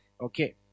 okay